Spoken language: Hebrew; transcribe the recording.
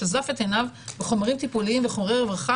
שזף את עיניו בחומרים טיפוליים וחומרי רווחה